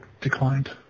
declined